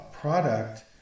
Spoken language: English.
product